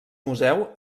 museu